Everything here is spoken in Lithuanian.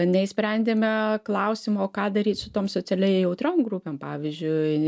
neišsprendėme klausimo ką daryt su tom socialiai jautriom grupėm pavyzdžiui